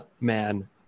man